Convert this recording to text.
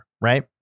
right